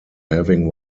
having